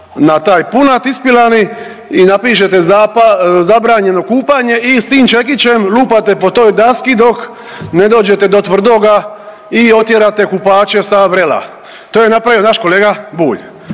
na taj punat ispilani i napišete „Zabranjeno kupanje“ i s tim čekićem lupate po toj daski dok ne dođete do tvrdoga i otjerate kupače sa vrela. To je napravio naš kolega Bulj.